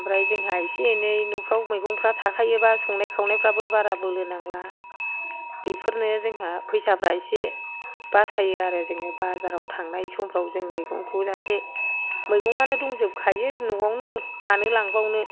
ओमफ्राइ जोंहा एसे एनै न'फ्राव मैगंफोर थाखायोबा संनाय खावनायफ्राबो बारा बोलो नांला बेफोरनो जोंहा फैसाफ्रा एसे बासायो आरो जोङो बाजाराव थांनाय समफ्राव जों मैगंखौ जाहाथे मैगंआनो दंजोबखायो मानो लांबावनो